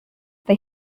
they